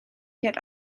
yet